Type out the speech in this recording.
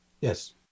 Yes